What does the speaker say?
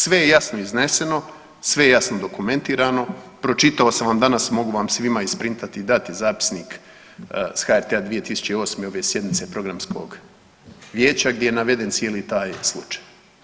Sve je jasno izneseno, sve je jasno dokumentirano, pročitao sam vam danas, mogu vas svima isprintati i dati zapisnik s HRT-a 2008., ove sjednice Programskog vijeća gdje je naveden cijeli taj slučaj.